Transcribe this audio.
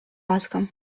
ласка